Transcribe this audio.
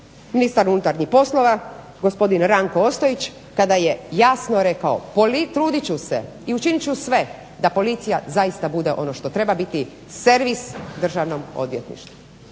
ministar unutarnjih poslova gospodin Ranko Ostojić koji je javno rekao truditi ću se i učiniti sve da policija bude ono što treba biti servis Državnom odvjetništvu.